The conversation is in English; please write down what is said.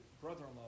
brother-in-law